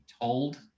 told